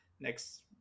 next